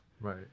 Right